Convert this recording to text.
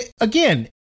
Again